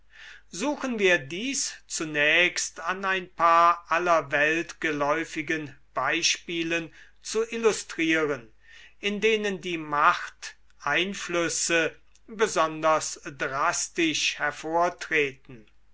suchen wir dies zunächst an ein paar aller welt geläufigen beispielen zu illustrieren in denen die macht einflüsse besonders drastisch hervortreten